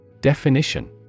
Definition